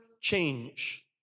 change